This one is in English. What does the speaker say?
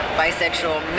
bisexual